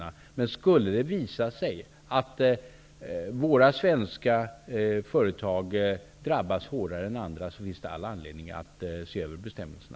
Men om det skulle visa sig att svenska företag drabbas hårdare än andra finns det all anledning att se över bestämmelserna.